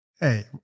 Hey